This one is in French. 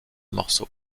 morceaux